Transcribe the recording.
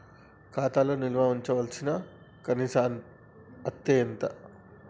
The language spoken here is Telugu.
ఖాతా లో నిల్వుంచవలసిన కనీస అత్తే ఎంత?